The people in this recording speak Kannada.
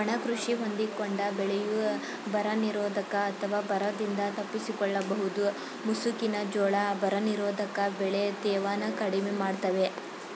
ಒಣ ಕೃಷಿ ಹೊಂದಿಕೊಂಡ ಬೆಳೆಯು ಬರನಿರೋಧಕ ಅಥವಾ ಬರದಿಂದ ತಪ್ಪಿಸಿಕೊಳ್ಳಬಹುದು ಮುಸುಕಿನ ಜೋಳ ಬರನಿರೋಧಕ ಬೆಳೆ ತೇವನ ಕಡಿಮೆ ಮಾಡ್ತವೆ